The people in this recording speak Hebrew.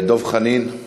דב חנין,